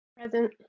Present